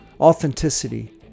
authenticity